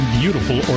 beautiful